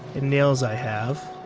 and nails i have.